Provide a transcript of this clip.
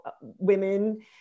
women